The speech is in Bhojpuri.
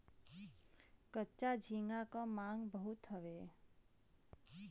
कच्चा झींगा क मांग बहुत हउवे